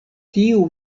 tiu